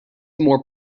more